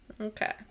okay